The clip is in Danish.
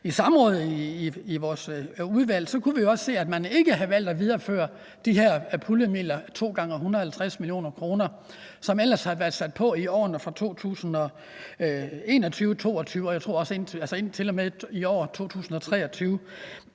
i samråd i udvalget, kunne vi også se, at man ikke havde valgt at videreføre de her puljemidler, to gange 150 mio. kr., som ellers har været sat på i årene 2021 og 2022 og til og med i år,